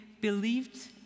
believed